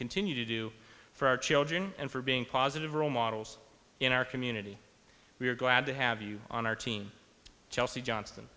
continue to do for our children and for being positive role models in our community we are glad to have you on our team chelsea johnston